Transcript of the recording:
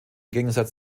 gegensatz